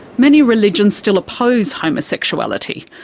many religions still oppose homosexuality.